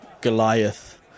goliath